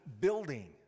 building